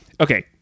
Okay